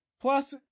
Plus